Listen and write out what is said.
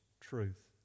truth